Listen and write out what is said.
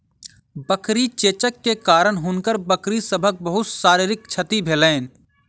बकरी चेचक के कारण हुनकर बकरी सभक बहुत शारीरिक क्षति भेलैन